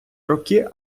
роки